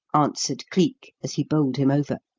answered cleek, as he bowled him over.